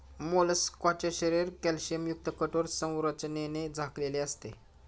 मोलस्काचे शरीर कॅल्शियमयुक्त कठोर संरचनेने झाकलेले असते